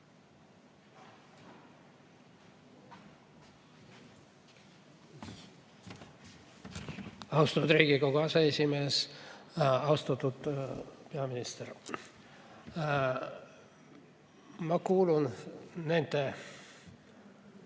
Austatud Riigikogu aseesimees! Austatud peaminister! Ma kuulun nende